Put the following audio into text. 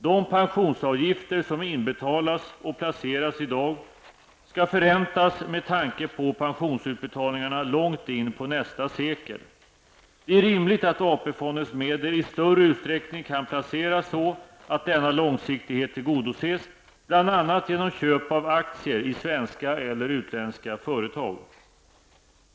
De pensionsavgifter, som inbetalas och placeras i dag, skall förräntas med tanke på pensionsutbetalningarna långt in på nästa sekel. Det är rimligt att AP-fondens medel i större utsträckning kan placeras så att denna långsiktighet tillgodoses, bl.a. genom köp av aktier i svenska eller utländska företag.